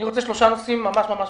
אני אדבר על שלושה נושאים ממש בקצרה.